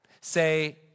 Say